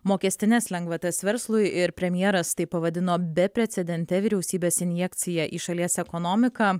mokestines lengvatas verslui ir premjeras tai pavadino beprecedente vyriausybės injekcija į šalies ekonomiką